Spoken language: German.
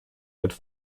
alt